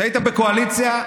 כשהיית בקואליציה,